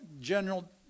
General